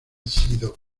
sido